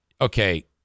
okay